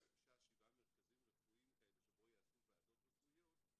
שישה-שבעה מרכזים רפואיים כאלה שבהם יעשו ועדות רפואיות,